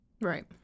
Right